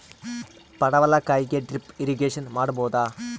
ಪಡವಲಕಾಯಿಗೆ drip irrigation ಮಾಡಬೋದ?